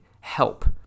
help